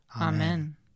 Amen